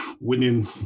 winning